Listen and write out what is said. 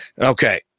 Okay